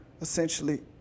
essentially